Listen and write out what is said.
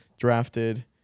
Drafted